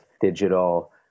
digital